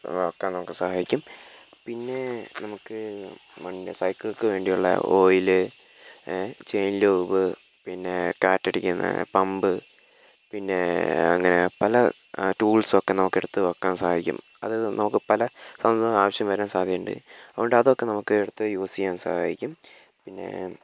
ഒക്കെ നമുക്ക് സഹായിക്കും പിന്നെ നമുക്ക് മൺഡേ സൈക്ലിക്ക് വേണ്ടിയുള്ള ഓയില് ചെയിൻ ലൂബ് പിന്നെ കാറ്റടിക്കുന്ന പമ്പ് പിന്നെ അങ്ങനെ പല ടൂൾസൊക്കെ നമുക്കെടുത്ത് വെക്കാൻ സഹായിക്കും അത് നമുക്ക് പല തവണ ആവശ്യം വരാൻ സാധ്യതയുണ്ട് അതുകൊണ്ട് നമുക്കതൊക്കെ എടുത്ത് യുസ് ചെയ്യാൻ സഹായിക്കും പിന്നെ